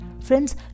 Friends